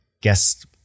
guest